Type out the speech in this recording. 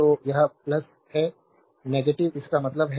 तो यह है इसका मतलब यह है